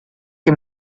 que